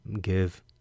give